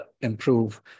improve